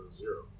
zero